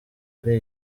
ari